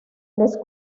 les